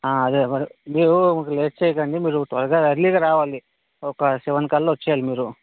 అదే ఎవరు మీరు లేట్ చేయకండి మీరు త్వరగా ఎర్లీ గా రావాలి ఒక సెవెన్ కల్లా వచ్చేయాలి మీరు